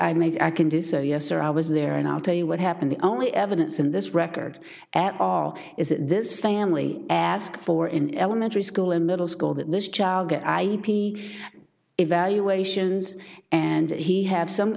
i made i can do so yes or i was there and i'll tell you what happened the only evidence in this record at all is that this family asked for in elementary school in middle school that this child get i evaluations and that he have some